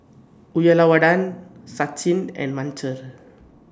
Uyyalawada Sachin and Manohar